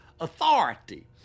authority